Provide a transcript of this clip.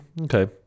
okay